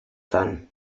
fun